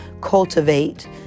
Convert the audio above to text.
cultivate